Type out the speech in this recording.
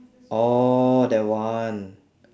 oh that one